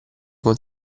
con